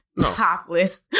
Topless